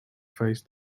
faced